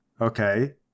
Okay